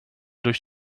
durch